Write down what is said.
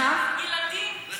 ילדים.